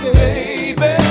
baby